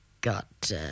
got